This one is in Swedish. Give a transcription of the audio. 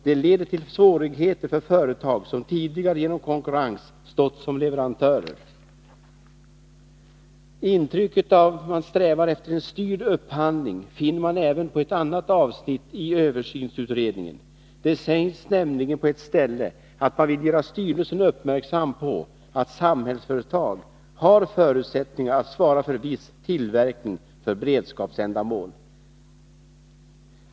Det leder till svårigheter för företag som tidigare genom konkurrens stått som leverantörer. Intrycket att man eftersträvar en styrd upphandling finner man även i ett annat avsnitt av översynsutredningen. Där sägs att man vill göra styrelsen uppmärksam på att Samhällsföretag har förutsättningar att svara för viss tillverkning för beredskapsändamål.